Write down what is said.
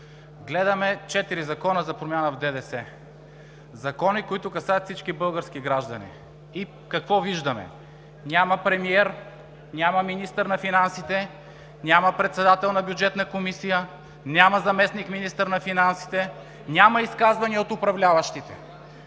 Гледаме четири закона за промяна в ДДС. Закони, които касаят всички български граждани. Какво виждаме – няма премиер, няма министър на финансите, няма председател на Бюджетната комисия, няма заместник-министър на финансите, няма изказвания от управляващите.